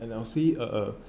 and I will say err err